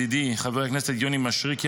ידידי חבר הכנסת יוני מישרקי,